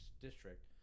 district